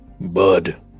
Bud